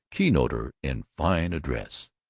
keynoter in fine address.